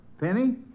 Penny